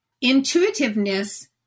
intuitiveness